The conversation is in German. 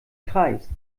kreis